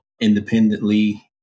independently